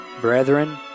brethren